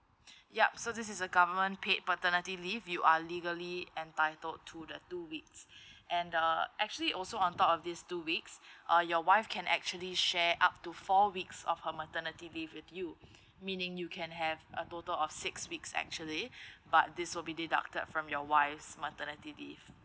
yup so this is a government paid paternity leave you are legally entitled to the two weeks and the actually also on top of these two weeks uh your wife can actually share up to four weeks of her maternity leave with you meaning you can have a total of six weeks actually but these will be deducted from your wife's maternity leave